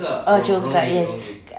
oh congkak yes